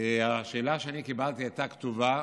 השאלה שאני קיבלתי הייתה כתובה,